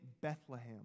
Bethlehem